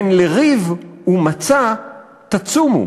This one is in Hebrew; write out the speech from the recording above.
הן לריב ומצה תצומו